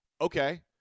Okay